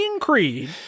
Creed